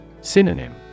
Synonym